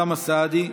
אוסאמה סעדי,